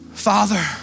Father